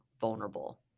vulnerable